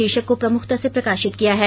शीर्षक को प्रमुखता से प्रकाशित किया है